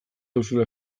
duzula